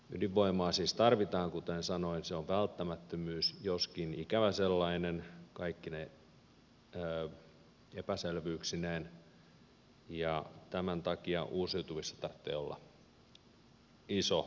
ydinvoimaa siis tarvitaan kuten sanoin se on välttämättömyys joskin ikävä sellainen kaikkine epäselvyyksineen ja tämän takia uusiutuvissa tarvitsee olla iso panos